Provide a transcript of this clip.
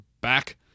back